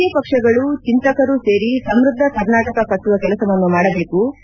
ರಾಜಕೀಯ ಪಕ್ಷಗಳು ಚಿಂತಕರು ಸೇರಿ ಸಮೃದ್ಧ ಕರ್ನಾಟಕ ಕಟ್ಟುವ ಕೆಲಸವನ್ನು ಮಾಡಬೇಕು